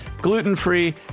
gluten-free